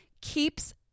keeps